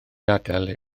adael